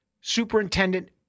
Superintendent